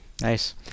nice